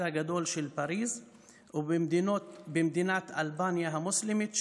הגדול של פריז ובמדינת אלבניה המוסלמית,